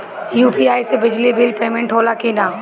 UPI से बिजली bill payment होला कि न?